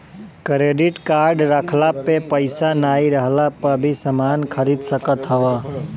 credit card रखला पे पईसा नाइ रहला पअ भी समान खरीद सकत हवअ